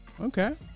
Okay